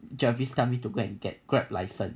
javis tell me to go and get grab license